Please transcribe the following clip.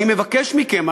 אני מבקש מכם.